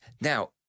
Now